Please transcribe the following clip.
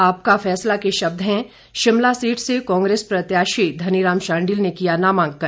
आपका फैसला के शब्द हैं शिमला सीट से कांग्रेस प्रत्याशी धनीराम शांडिल ने किया नामांकन